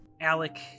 Alec